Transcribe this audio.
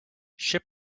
ship